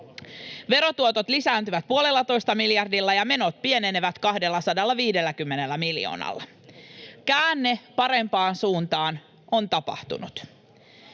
Verotuotot lisääntyvät 1,5 miljardilla ja menot pienenevät noin 250 miljoonalla. Käänne parempaan suuntaan on tapahtunut.